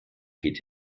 geht